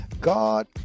God